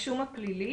הרישום הפלילי,